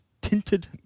tinted